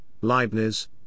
Leibniz